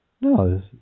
No